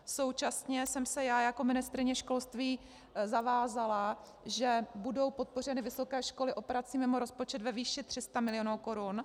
Současně jsem se já, jako ministryně školství, zavázala, že budou podpořeny vysoké školy operací mimo rozpočet ve výši 300 mil. korun.